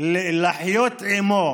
לחיות עימו